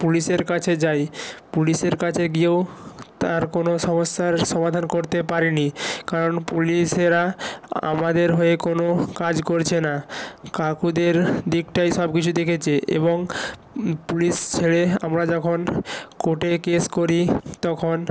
পুলিশের কাছে যাই পুলিশের কাছে গিয়েও তার কোনো সমস্যার সমাধান করতে পারেনি কারণ পুলিশেরা আমাদের হয়ে কোনো কাজ করছে না কাকুদের দিকটাই সব কিছু দেখেছে এবং পুলিশ ছেড়ে আমরা যখন কোর্টে কেস করি তখন